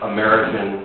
American